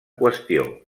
qüestió